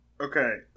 okay